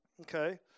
okay